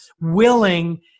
willing